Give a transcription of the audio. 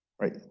Right